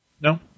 No